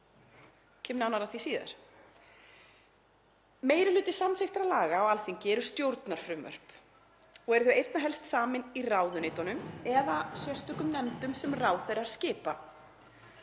kem nánar að því síðar. Meiri hluti samþykktra laga á Alþingi eru stjórnarfrumvörp og eru þau einna helst samin í ráðuneytunum eða af sérstökum nefndum sem ráðherrar skipa.